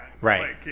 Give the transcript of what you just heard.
Right